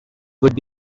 would